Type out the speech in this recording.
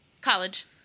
College